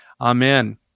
Amen